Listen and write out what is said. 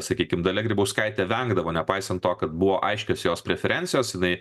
sakykim dalia grybauskaitė vengdavo nepaisant to kad buvo aiškios jos preferencijos jinai